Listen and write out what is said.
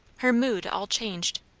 her mood all changed.